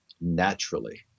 naturally